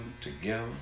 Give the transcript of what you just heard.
together